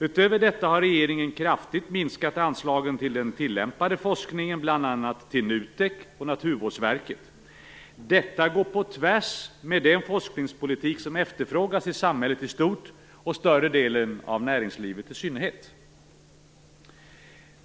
Utöver detta har regeringen kraftigt minskat anslagen till den tillämpade forskningen, bl.a. till NUTEK och Naturvårdsverket. Detta går på tvärs mot den forskningspolitik som efterfrågas i samhället i stort och i större delen av näringslivet i synnerhet.